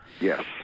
Yes